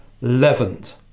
leavened